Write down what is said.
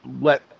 let